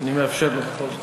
ואני מאפשר לו בכל זאת.